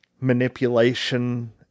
manipulation